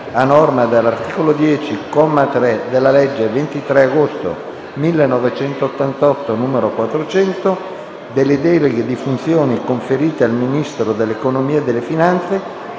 a norma dell'articolo 10, comma 3, della legge 23 agosto 1988, n. 400, delle deleghe di funzioni conferite dal Ministro dell'economia e delle finanze,